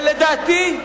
לדעתי,